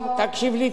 תקשיב לי טוב,